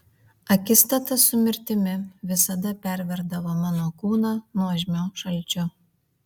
akistata su mirtimi visada perverdavo man kūną nuožmiu šalčiu